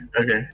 okay